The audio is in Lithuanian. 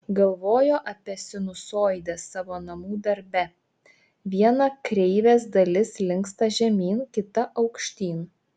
galvojo apie sinusoidę savo namų darbe viena kreivės dalis linksta žemyn kita aukštyn